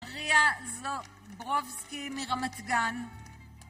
אריה זוברובסקי מרמת גן